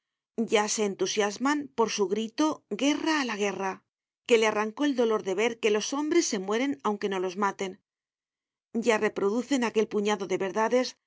ya se entusiasman por su grito guerra a la guerra que le arrancó el dolor de ver que los hombres se mueren aunque no los maten ya reproducen aquel puñado de verdades